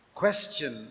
question